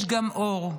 יש גם אור,